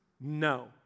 No